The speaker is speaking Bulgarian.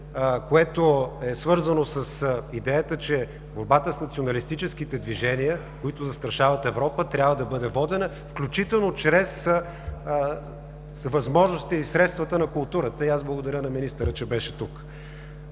което е свързано с идеята, че борбата с националистическите движения, които застрашават Европа, трябва да бъде водена включително чрез възможностите и средствата на културата и аз благодаря на министъра, че беше тук.